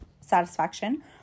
satisfaction